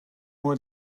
would